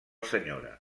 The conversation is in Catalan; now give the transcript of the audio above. senyora